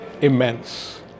immense